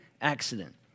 accident